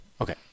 okay